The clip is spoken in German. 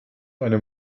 eine